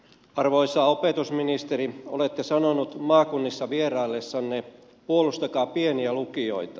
arvoisa opetusministeri olette sanonut maakunnissa vieraillessanne että puolustakaa pieniä lukioita